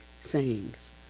sayings